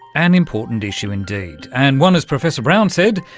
an important issue indeed, and one, as professor brown said,